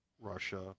Russia